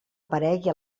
aparegui